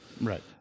Right